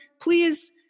please